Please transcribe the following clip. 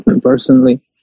personally